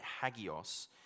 hagios